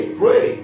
pray